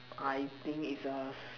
I think it's a